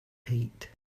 heat